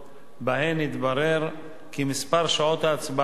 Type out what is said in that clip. שבהן התברר כי מספר שעות ההצבעה הקבוע